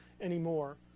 anymore